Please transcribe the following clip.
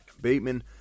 Bateman